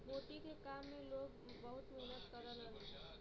मोती के काम में लोग बहुत मेहनत करलन